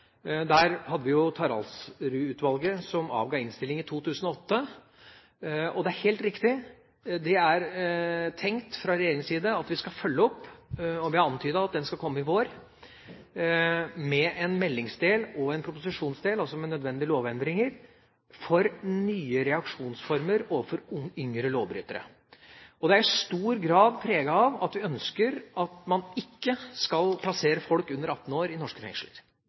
Der hadde vi Taraldsrud-utvalget, som avga innstilling i 2008. Og, det er helt riktig – det er tenkt fra regjeringas side at vi skal følge opp, og vi antydet at vi skulle komme i vår med en proposisjon – med en meldingsdel og en proposisjonsdel – med nødvendige lovendringer, for nye reaksjonsformer overfor yngre lovbrytere. Det er i stor grad preget av at vi ønsker at man ikke skal plassere folk under 18 år i norske fengsler.